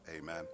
amen